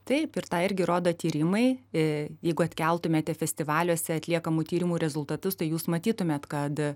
taip ir tai irgi rodo tyrimai jeigu atkeltumėte festivaliuose atliekamų tyrimų rezultatus tai jūs matytumėt kad